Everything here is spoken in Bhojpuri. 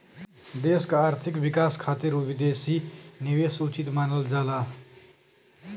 देश क आर्थिक विकास खातिर विदेशी निवेश उचित मानल जाला